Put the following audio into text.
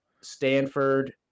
Stanford